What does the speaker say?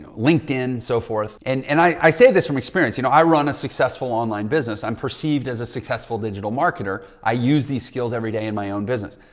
linkedin. so forth. and and i say this from experience. you know, i run a successful online business. i'm perceived as a successful digital marketer. i use these skills every day in my own business.